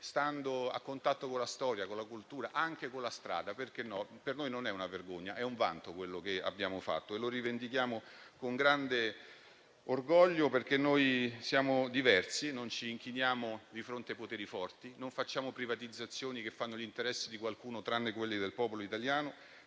stando a contatto con la storia, con la cultura e anche con la strada, perché no? Per noi non è una vergogna, è un vanto quello che abbiamo fatto e lo rivendichiamo con grande orgoglio, perché siamo diversi, non ci inchiniamo di fronte ai poteri forti, non facciamo privatizzazioni che fanno gli interessi di qualcuno tranne quelli del popolo italiano.